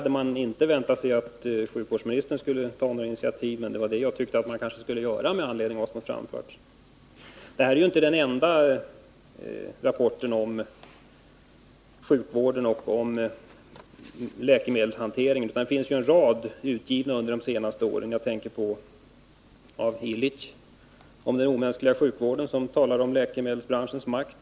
De har inte väntat sig att sjukvårdsministern skulle ta något initiativ, men det var min mening att sjukvårdsministern skulle göra detta med anledning av vad som har framförts. Det här är ju inte den enda rapporten om sjukvården och läkemedelshanteringen. En rad skrifter har givits ut under de senaste åren. Jag tänker på Den omänskliga sjukvården av Illich. Där behandlas läkemedelsbranschens makt.